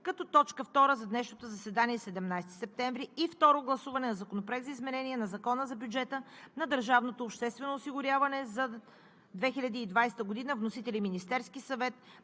като точка втора за днешното заседание – 17 септември 2020 г. 3. Второ гласуване на Законопроекта за изменение на Закона за бюджета на държавното обществено осигуряване за 2020 г. с вносител Министерският съвет